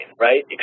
right